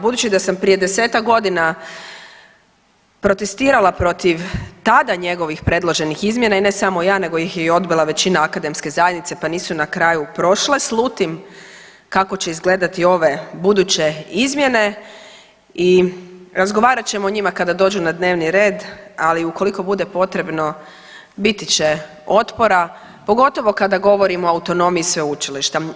Budući da sam prije 10-ak godina protestirala protiv tada njegovih predloženih izmjena i ne samo ja nego ih je i odbila većina akademske zajednice pa nisu na kraju prošle, slutim kako će izgledati ove buduće izmjene i razgovarati ćemo o njima kada dođu na dnevni red, ali ukoliko bude potrebno biti će otpora pogotovo kada govorimo o autonomiji sveučilišta.